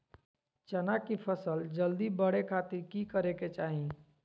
चना की फसल जल्दी बड़े खातिर की करे के चाही?